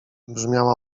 brzmiała